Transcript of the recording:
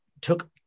took